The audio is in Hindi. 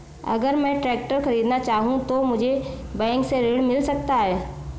अगर मैं ट्रैक्टर खरीदना चाहूं तो मुझे बैंक से ऋण मिल सकता है?